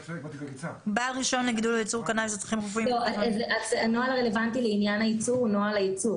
14. הנוהל הרלוונטי לעניין הייצור הוא נוהל הייצור,